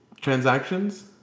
transactions